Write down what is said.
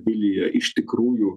vilija iš tikrųjų